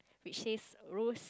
which says rose